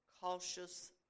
cautious